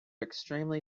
extremely